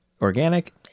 organic